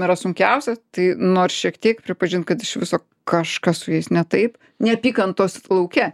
yra sunkiausia tai nors šiek tiek pripažint kad iš viso kažkas su jais ne taip neapykantos lauke